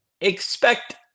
expect –